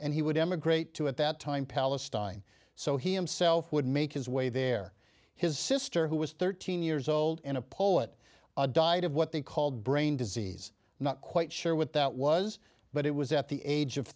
and he would emigrate to at that time palestine so he himself would make his way there his sister who was thirteen years old in a poet died of what they called brain disease not quite sure what that was but it was at the age of